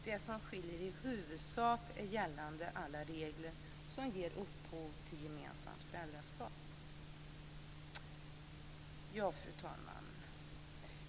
Det som skiljer i huvudsak är alla de regler som ger upphov till gemensamt föräldraskap. Fru talman!